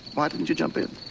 why didn't you jump in?